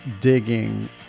digging